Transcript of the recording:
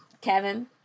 Kevin